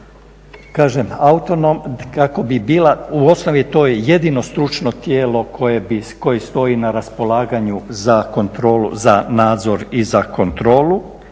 kažem autonomno, kako bi bila u osnovi to je jedino stručno tijelo koje stoji na raspolaganju za nadzor i za kontrolu,